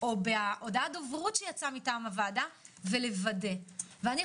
או בהודעת הדוברות שיצאה מטעם הוועדה ולוודא את הדברים.